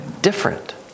different